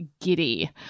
giddy